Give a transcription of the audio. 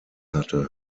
hatte